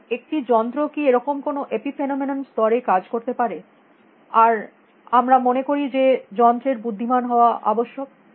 সুতরাং একটি যন্ত্র কী এরকম কোনো এপিফেনোমেনন স্তরে কাজ করতে পারে আর আমরা মনে করি যে যন্ত্রের বুদ্ধিমান হওয়া আবশ্যক